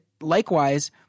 likewise